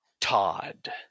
Todd